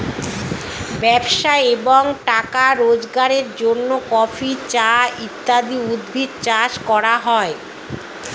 ব্যবসা এবং টাকা রোজগারের জন্য কফি, চা ইত্যাদি উদ্ভিদ চাষ করা হয়